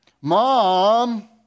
Mom